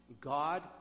God